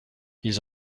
ils